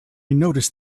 noticed